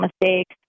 mistakes